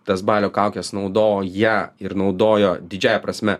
tas balio kaukes naudoja ir naudojo didžiąja prasme